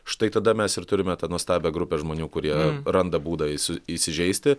štai tada mes ir turime tą nuostabią grupę žmonių kurie randa būdą įsi įsižeisti